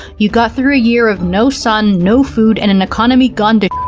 you got through a year of no sun, no food, and an economy gone to